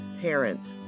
parents